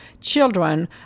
children